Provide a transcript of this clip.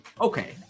okay